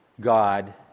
God